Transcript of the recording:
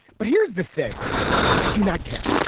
but here's the thing i do not care.